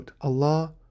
Allah